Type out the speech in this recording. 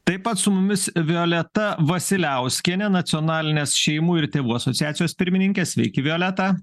taip pat su mumis violeta vasiliauskienė nacionalinės šeimų ir tėvų asociacijos pirmininkės sveiki violeta